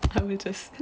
I will just